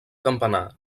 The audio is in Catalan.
campanar